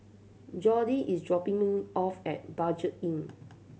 Jordi is dropping me off at Budget Inn